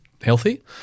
healthy